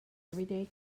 everyday